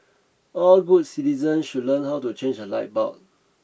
all good citizens should learn how to change a light bulb